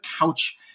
couch